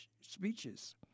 speeches